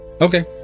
Okay